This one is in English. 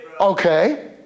Okay